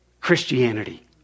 Christianity